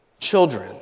children